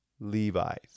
Levi's